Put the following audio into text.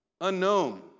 unknown